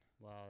Wow